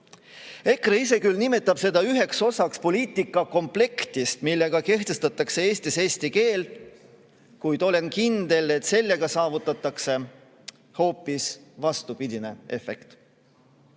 EKRE ise küll nimetab seda üheks osaks poliitikakomplektist, millega kehtestatakse Eestis eesti keel, kuid olen kindel, et sellega saavutatakse hoopis vastupidine efekt.